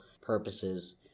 purposes—